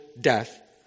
death